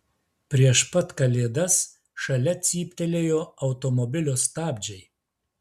prieš pat kalėdas šalia cyptelėjo automobilio stabdžiai